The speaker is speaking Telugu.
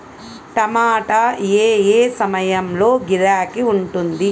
టమాటా ఏ ఏ సమయంలో గిరాకీ ఉంటుంది?